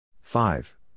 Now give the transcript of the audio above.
five